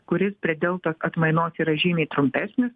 kuris prie delta atmainos yra žymiai trumpesnis